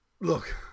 look